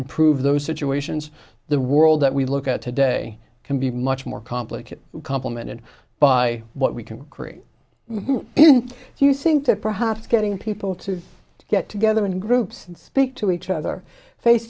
improve those situations the world that we look at today can be much more complicated complemented by what we can create do you think that perhaps getting people to get together in groups and speak to each other face